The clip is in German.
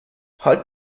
halt